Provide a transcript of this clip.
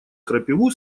крапиву